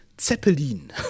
Zeppelin